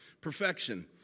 perfection